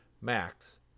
Max